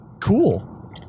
cool